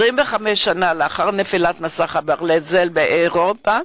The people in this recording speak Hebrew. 25 שנה לאחר נפילת מסך הברזל באירופה,